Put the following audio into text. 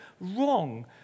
wrong